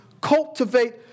Cultivate